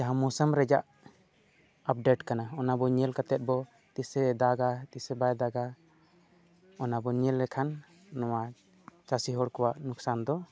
ᱡᱟᱦᱟᱸ ᱢᱳᱥᱩᱢ ᱨᱮᱭᱟᱜ ᱟᱯᱰᱮᱴ ᱠᱟᱱᱟ ᱚᱱᱟ ᱠᱚ ᱧᱮᱞ ᱠᱟᱛᱮᱫ ᱵᱚ ᱛᱤᱥᱮ ᱫᱟᱜᱟ ᱛᱤᱥ ᱵᱟᱭ ᱫᱟᱜᱟ ᱚᱱᱟ ᱵᱚᱱ ᱧᱮᱞ ᱞᱮᱠᱷᱟᱱ ᱱᱚᱣᱟ ᱪᱟᱹᱥᱤ ᱦᱚᱲ ᱠᱚᱣᱟᱜ ᱞᱳᱠᱥᱟᱱ ᱫᱚ